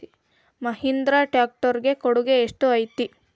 Mahindra tractor ಕೊಡುಗೆ ಎಷ್ಟು ಐತಿ?